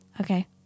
okay